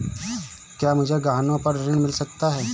क्या मुझे गहनों पर ऋण मिल सकता है?